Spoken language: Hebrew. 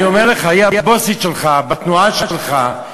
אני אומר לך, היא הבוסית שלך, בתנועה שלך.